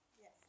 Yes